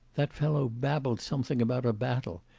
that fellow babbled something about a battle,